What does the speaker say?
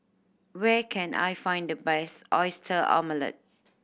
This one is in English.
where can I find the best Oyster Omelette